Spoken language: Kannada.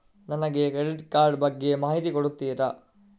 ನನಗೆ ಕ್ರೆಡಿಟ್ ಕಾರ್ಡ್ ಬಗ್ಗೆ ಮಾಹಿತಿ ಕೊಡುತ್ತೀರಾ?